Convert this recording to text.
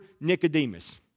Nicodemus